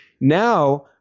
Now